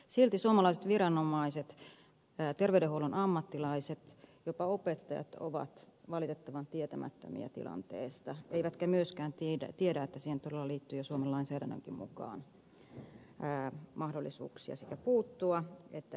silti suomalaiset viranomaiset terveydenhuollon ammattilaiset ja jopa opettajat ovat valitettavan tietämättömiä tilanteesta eivätkä myöskään tiedä että siihen todella liittyy jo suomen lainsäädännönkin mukaan mahdollisuuksia sekä puuttua että ennalta ehkäistä